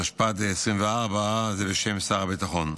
התשפ"ד 2024, זה בשם שר הביטחון.